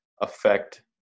affect